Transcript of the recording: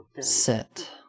Sit